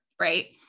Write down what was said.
right